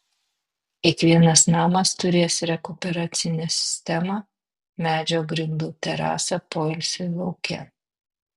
kiekvienas namas turės rekuperacinę sistemą medžio grindų terasą poilsiui lauke